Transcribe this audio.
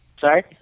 sorry